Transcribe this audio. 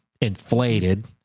inflated